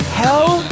hell